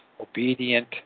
obedient